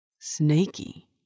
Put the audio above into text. Snaky